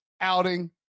outing